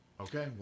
Okay